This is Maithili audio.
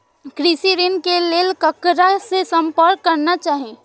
कृषि ऋण के लेल ककरा से संपर्क करना चाही?